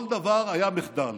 כל דבר היה מחדל.